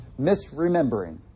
misremembering